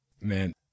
Man